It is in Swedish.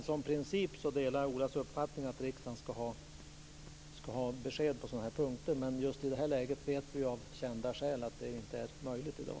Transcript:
Jag delar i princip Olas uppfattning att riksdagen skall ha besked på sådana här punkter, men det är av kända skäl inte möjligt i dag.